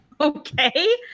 Okay